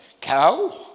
cow